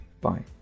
bye